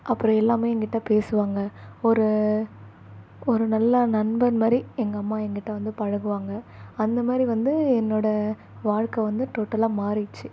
அப்புறம் எல்லாமே எங்கிட்ட பேசுவாங்கள் ஒரு ஒரு நல்ல நண்பன் மாதிரி எங்கள் அம்மா எங்கிட்ட வந்து பழகுவாங்கள் அந்த மாதிரி வந்து என்னோடய வாழ்க்கை வந்து டோட்டலாக மாறிடுச்சு